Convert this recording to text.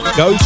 go